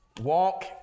Walk